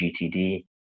GTD